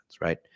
right